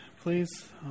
please